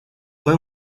fue